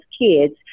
kids –